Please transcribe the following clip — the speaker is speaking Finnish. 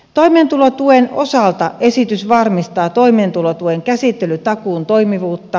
toimeentulotuen osalta esitys varmistaa toimeentulotuen käsittelytakuun toimivuutta